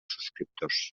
subscriptors